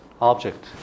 object